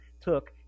took